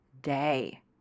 day